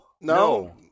no